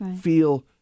feel